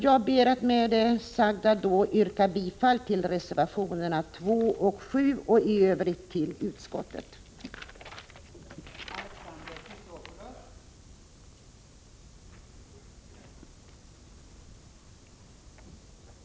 Jag ber med det sagda att få yrka bifall till reservationerna 2 och 7 och i övrigt bifall till utskottets hemställan.